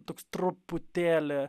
toks truputėlį